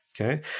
okay